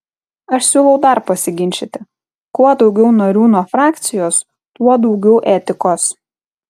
aš siūlau dar pasiginčyti kuo daugiau narių nuo frakcijos tuo daugiau etikos